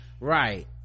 right